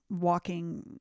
walking